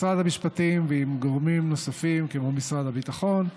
עם משרד המשפטים ועם גורמים נוספים כמו משרד הביטחון,